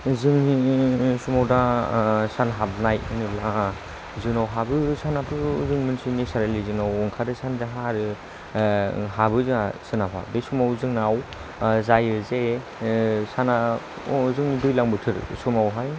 जोंनि समाव दा सान हाबनाय होनोब्ला जोंनाव हाबो सानाथ' जोंनिथिं नेसारेलि जोंनाव ओंखारो सानजाहा आरो हाबो जोंहा सोनाबहा बे समाव जोंनाव जायो जे साना दैज्लां बोथोर समावहाय